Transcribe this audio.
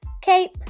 cape